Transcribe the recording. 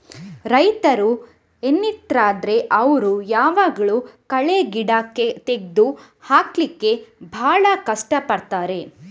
ರೈತರು ಏನಿರ್ತಾರೆ ಅವ್ರು ಯಾವಾಗ್ಲೂ ಕಳೆ ಗಿಡ ತೆಗ್ದು ಹಾಕ್ಲಿಕ್ಕೆ ಭಾಳ ಕಷ್ಟ ಪಡ್ತಾರೆ